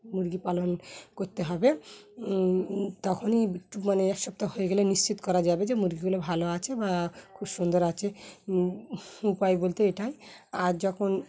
মুরগি পালন করতে হবে তখনই একটু মানে এক সপ্তাহ হয়ে গেলে নিশ্চিত করা যাবে যে মুরগিগুলো ভালো আছে বা খুব সুন্দর আছে উপায় বলতে এটাই আর যখন